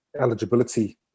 eligibility